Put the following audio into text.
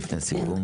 לפני סיום.